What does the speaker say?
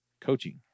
coaching